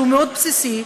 שהוא מאוד בסיסי,